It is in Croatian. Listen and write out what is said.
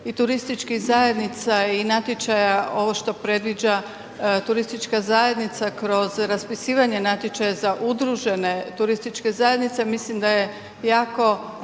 i turističkih zajednica i natječaja, ovo što predviđa turistička zajednica kroz raspisivanje natječaja za udružene turističke zajednice, mislim da je jako